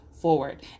forward